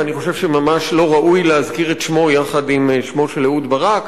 ואני חושב שממש לא ראוי להזכיר את שמו יחד עם שמו של אהוד ברק.